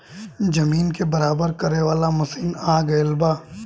जमीन के बराबर करे वाला भी मशीन आ गएल बा